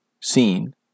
seen